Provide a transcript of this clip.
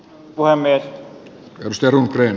wan ni nosti uhrin